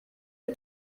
iyo